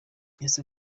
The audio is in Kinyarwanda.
ese